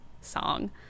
song